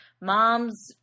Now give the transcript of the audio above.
Mom's